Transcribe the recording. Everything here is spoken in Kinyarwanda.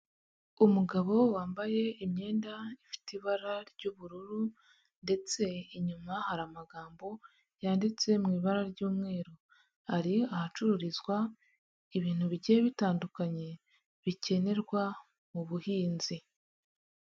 Umugabo wambaye imyenda ifite ibara ry'ubururu ndetse inyuma hari amagambo yanditse mu ibara ry'umweru hari ahacururizwa ibintu bigiye bitandukanye bikenerwa mu buhinzi.